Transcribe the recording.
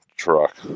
Truck